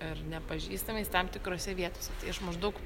ir nepažįstamais tam tikrose vietose iš maždaug